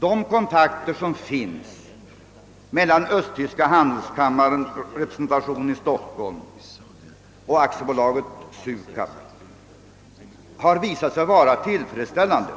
De kontakter som finns mellan Östtysklands handelsrepresentation i Stockholm och AB Sukab har visat sig vara tillfredställande